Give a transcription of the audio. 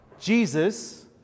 Jesus